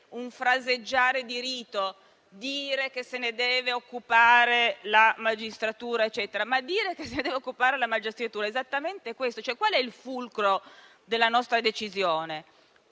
un fraseggiare di rito dire che se ne deve occupare la magistratura. Dire, però, che se ne deve occupare la magistratura vuol dire esattamente questo. Qual è il fulcro della nostra decisione?